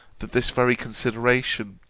that this very consideration,